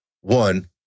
one